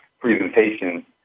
presentation